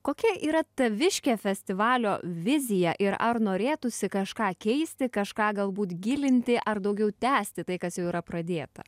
kokia yra taviškė festivalio vizija ir ar norėtųsi kažką keisti kažką galbūt gilinti ar daugiau tęsti tai kas jau yra pradėta